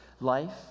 life